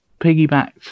piggybacked